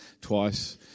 Twice